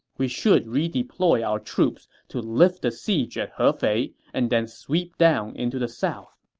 we should redeploy our troops to lift the siege at hefei and then sweep down into the south.